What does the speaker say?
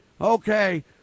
Okay